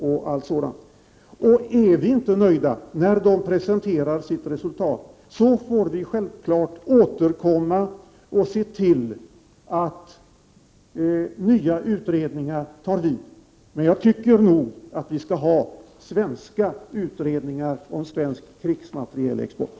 Om vi inte blir nöjda när de presenterar sina resultat, får vi självfallet återkomma och se till att nya utredningar tar vid. Men jag tycker nog att vi skall ha svenska utredningar om svensk krigsmaterielexport.